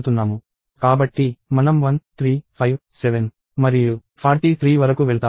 కాబట్టి మనం 1 3 5 7 మరియు 43 వరకు వెళ్తాము